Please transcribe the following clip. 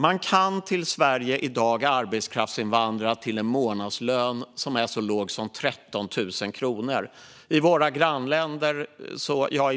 Man kan till Sverige i dag arbetskraftsinvandra till en månadslön som är så låg som 13 000 kronor. I vårt grannland